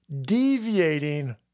deviating